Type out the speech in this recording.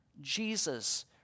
Jesus